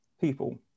people